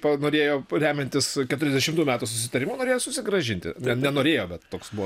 panorėjo remiantis keturiasdešimtų metų susitarimu norėjo susigrąžinti ne nenorėjo bet toks buvo